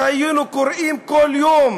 ואפילו שהיינו קוראים כל יום